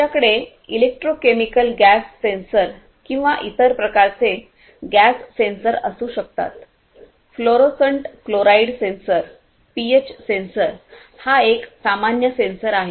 आमच्याकडे electrochemical gas sensor किंवा इतर प्रकारचे गॅस सेन्सर असू शकतात फ्लोरोसेंट क्लोराईड सेन्सर पीएच सेंसरहा एक सामान्य सेंसर आहे